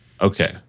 Okay